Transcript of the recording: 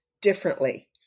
differently